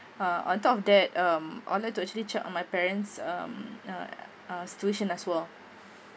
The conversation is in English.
uh on top of that um I would to actually check on my parents um uh uh situation as well